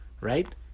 right